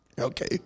Okay